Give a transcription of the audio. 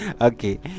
okay